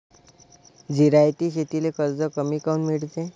जिरायती शेतीले कर्ज कमी काऊन मिळते?